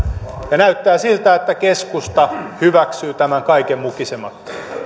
näyttää siltä että keskusta hyväksyy tämän kaiken mukisematta